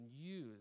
use